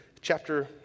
chapter